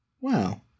wow